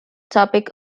topic